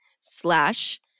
slash